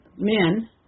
men